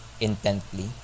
intently